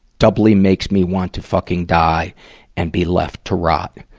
doubly makes me want to fucking die and be left to rot.